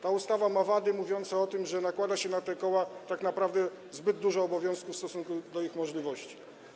Ta ustawa ma wady polegające na tym, że nakłada się na te koła tak naprawdę zbyt dużo obowiązków w stosunku do ich możliwości.